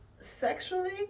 sexually